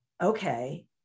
okay